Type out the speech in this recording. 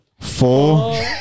Four